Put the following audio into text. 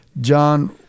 John